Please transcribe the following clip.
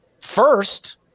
First